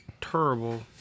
terrible